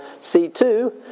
C2